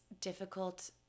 difficult